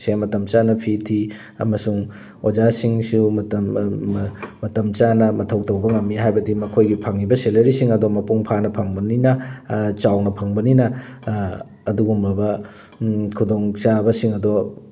ꯁꯦ ꯃꯇꯝ ꯆꯥꯅ ꯐꯤ ꯊꯤ ꯑꯃꯁꯨꯡ ꯑꯣꯖꯥꯁꯤꯡꯁꯨ ꯃꯇꯝ ꯃꯇꯝ ꯆꯥꯅ ꯃꯊꯧ ꯇꯧꯕ ꯉꯝꯃꯤ ꯍꯥꯏꯕꯗꯤ ꯃꯈꯣꯏꯒꯤ ꯐꯪꯉꯤꯕ ꯁꯦꯂꯔꯤꯁꯤꯡ ꯑꯗꯣ ꯃꯄꯨꯡ ꯐꯥꯅ ꯐꯪꯕꯅꯤꯅ ꯆꯥꯎꯅ ꯐꯪꯕꯅꯤꯅ ꯑꯗꯨꯒꯨꯝꯃꯕ ꯈꯨꯗꯣꯡꯆꯥꯕꯁꯤꯡ ꯑꯗꯣ